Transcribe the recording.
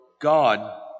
God